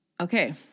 Okay